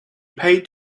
paid